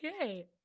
okay